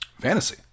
Fantasy